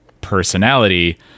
personality